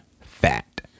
fat